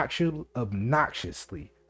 obnoxiously